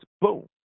boom